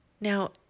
Now